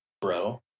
bro